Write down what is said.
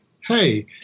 hey